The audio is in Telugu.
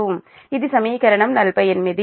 ఇది సమీకరణం 48